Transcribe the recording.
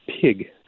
pig